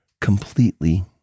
completely